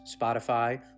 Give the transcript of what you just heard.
Spotify